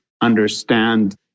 understand